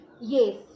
yes